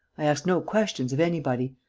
i asked no questions of anybody.